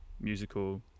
musical